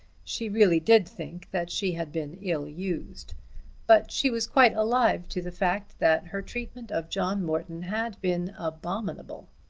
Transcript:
she really did think that she had been ill used but she was quite alive to the fact that her treatment of john morton had been abominable.